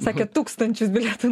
sakė tūkstančius bilietų